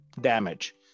damage